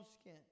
skin